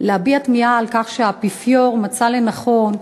ולהביע תמיהה על כך שהאפיפיור מצא לנכון,